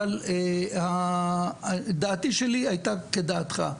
אבל דעתי שלי הייתה כדעתך,